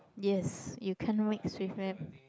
yes you can't mix with milk